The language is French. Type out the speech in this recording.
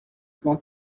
plan